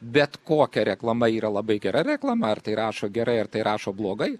bet kokia reklama yra labai gera reklama ar tai rašo gerai ar tai rašo blogai